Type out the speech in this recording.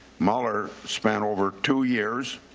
muller spent over two years,